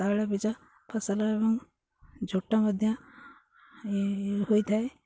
ତୈଳବୀଜ ଫସଲ ଏବଂ ଝୋଟ ମଧ୍ୟ ହେଇ ହୋଇଥାଏ